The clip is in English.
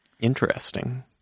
Interesting